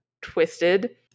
twisted